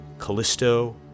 Callisto